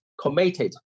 committed